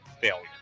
failure